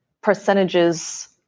percentages